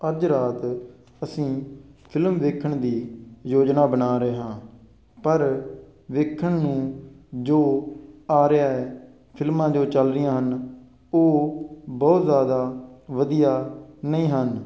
ਅੱਜ ਰਾਤ ਅਸੀਂ ਫਿਲਮ ਵੇਖਣ ਦੀ ਯੋਜਨਾ ਬਣਾ ਰਹੇ ਹਾਂ ਪਰ ਵੇਖਣ ਨੂੰ ਜੋ ਆ ਰਿਹਾ ਹੈ ਫਿਲਮਾਂ ਜੋ ਚੱਲ ਰਹੀਆਂ ਹਨ ਉਹ ਬਹੁਤ ਜਿਆਦਾ ਵਧੀਆ ਨਹੀਂ ਹਨ